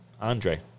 Andre